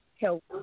help